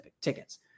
tickets